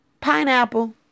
Pineapple